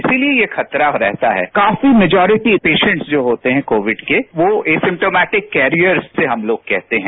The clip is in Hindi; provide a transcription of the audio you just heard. इसीलिए ये खतरा रहता है काफी मेजोरिटी पेसेंट जो होते हैं कोविड के वो एसिम्टोमेटिक कैरियर्स से हम लोग कहते हैं